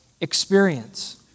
experience